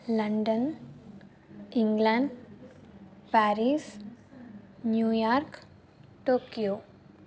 London England Paris New York Tokyo